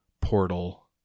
portal